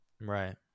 Right